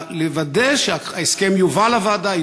לוודא שההסכם יובא לוועדה,